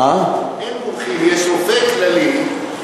אין מומחים, יש רופא כללי.